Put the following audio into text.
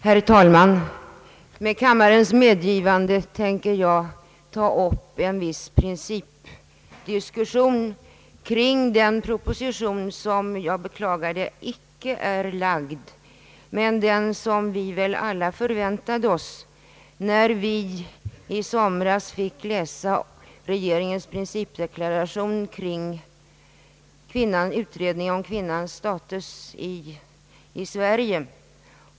Herr talman! Med kammarens medgivande tänker jag ta upp en viss principdiskussion kring den proposition som icke är framlagd — jag beklagar det — men som vi väl alla förväntade oss när vi i somras fick läsa regeringens principdeklaration kring utredningen om kvinnans status i Sverige.